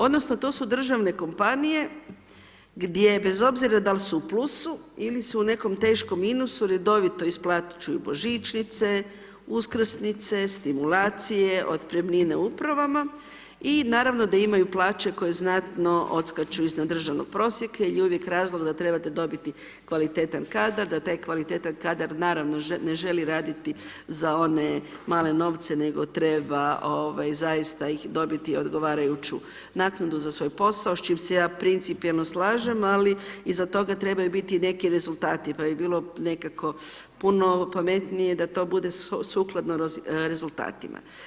Odnosno to su državne kompanije gdje bez obzira dal' su u plusu ili su u nekom teškom minusu, redovito isplaćuju božićnice, uskrsnice, stimulacije, otpremnine Upravama, i naravno da imaju plaće koje znatno odskaču iznad državnog prosjeka jer je uvijek razlog da trebate dobiti kvalitetan kadar, da taj kvalitetan kadar naravno ne želi raditi za one male novce, nego treba, ovaj, zaista ih dobiti i odgovarajuću naknadu za svoj posao, s čim se ja principijelno slažem, ali iza toga trebaju biti i neki rezultati, pa bi bilo nekako puno pametnije da to bude sukladno rezultatima.